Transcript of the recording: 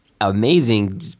amazing